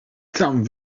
tam